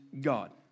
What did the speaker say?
God